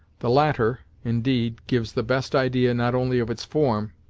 the latter, indeed, gives the best idea not only of its form,